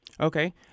Okay